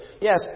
yes